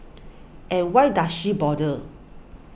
and why does she bother